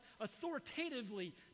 authoritatively